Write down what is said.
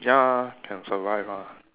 ya can survive ah